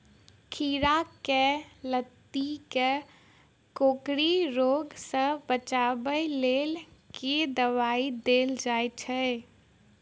खीरा केँ लाती केँ कोकरी रोग सऽ बचाब केँ लेल केँ दवाई देल जाय छैय?